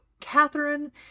Catherine